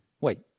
wait